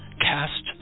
cast